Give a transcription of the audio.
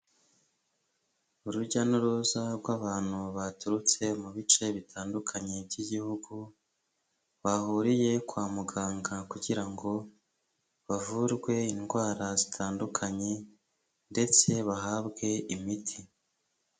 Urujya n'uruza rw'abantu baturutse mu bice bitandukanye by'igihugu, bahuriye kwa muganga kugira ngo bavurwe indwara zitandukanye, ndetse bahabwe imiti.